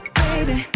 baby